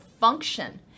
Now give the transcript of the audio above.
function